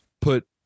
Put